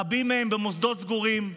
רבים מהם במוסדות סגורים,